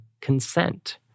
consent